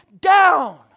down